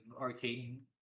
arcade